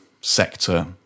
sector